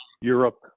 Europe